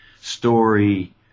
story